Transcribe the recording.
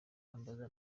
ambaza